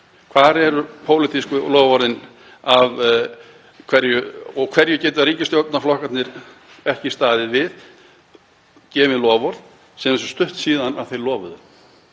Hvar eru pólitísku loforðin? Og af hverju geta ríkisstjórnarflokkarnir ekki staðið við gefin loforð sem er svo stutt síðan að þeir lofuðu?